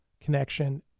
connection